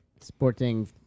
Sporting